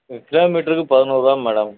இன்றைக்கி கிலோமீட்டருக்கு பதினோருபா மேடம்